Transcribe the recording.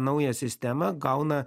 naują sistemą gauna